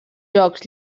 jocs